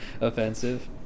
offensive